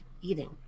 eating